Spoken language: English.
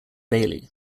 bailey